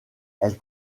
elle